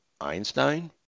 Einstein